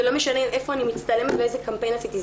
לא משנה איפה אני מצטלמת ואיזה קמפיין עשיתי.